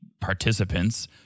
participants